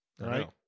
right